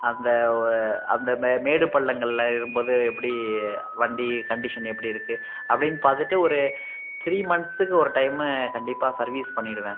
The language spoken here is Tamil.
அந்த ஒரு அந்த மே மேடு பள்ளங்களில் ஏறும் போது எப்படி வண்டி கண்டீஷன் எப்படி இருக்குது அப்படின்னு பார்த்துட்டு ஒரு த்ரீ மந்த்ஸுக்கு ஒரு டைம்மு கண்டிப்பாக சர்வீஸ் பண்ணிவிடுவேன்